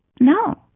No